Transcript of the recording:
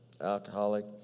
Alcoholic